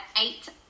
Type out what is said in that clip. eight